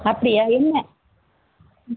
அப்படியா என்ன ம்